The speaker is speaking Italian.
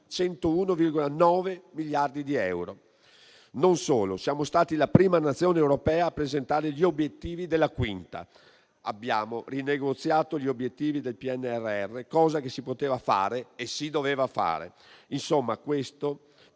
101,9 miliardi di euro. Non solo: siamo stati la prima Nazione europea a presentare gli obiettivi per la quinta rata e abbiamo rinegoziato gli obiettivi del PNRR, cosa che si poteva e si doveva fare. Insomma, tutto